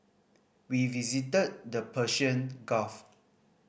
we visited the Persian Gulf